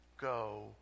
go